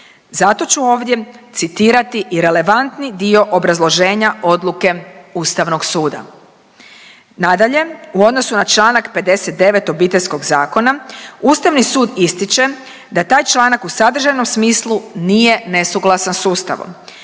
Zato ću ovdje citirati i relevantni dio obrazloženja odluke Ustavnog suda. Nadalje, u odnosu na čl. 59 Obiteljskog zakona, Ustavni sud ističe da taj članak u sadržajnom smislu nesuglasan s Ustavom,